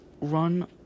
run